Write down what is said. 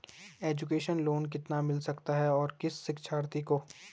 Education loan कितना मिल सकता है और किस शिक्षार्थी को?